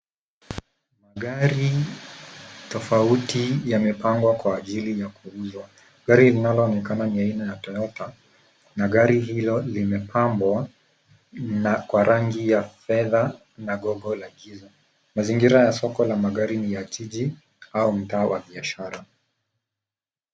Gari tofauti yamepangwa kwa ajili ya kuuzwa. Gari linaloonekana ni la aina ya Toyota na gari hilo limepambwa kwa rangi ya fedha na gogo la giza. Mazingira ya soko la magari ni ya jiji au mtaa wa biashara.